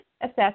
assess